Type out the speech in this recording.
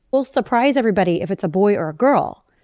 we'll surprise everybody if it's a boy or a girl.